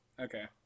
Okay